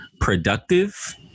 productive